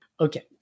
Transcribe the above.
Okay